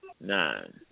Nine